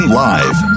live